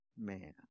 man